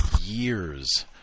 years